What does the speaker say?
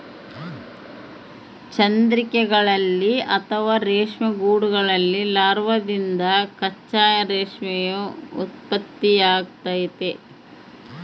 ಚಂದ್ರಿಕೆಗಳಲ್ಲಿ ಅಥವಾ ರೇಷ್ಮೆ ಗೂಡುಗಳಲ್ಲಿ ಲಾರ್ವಾದಿಂದ ಕಚ್ಚಾ ರೇಷ್ಮೆಯ ಉತ್ಪತ್ತಿಯಾಗ್ತತೆ